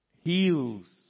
heals